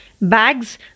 bags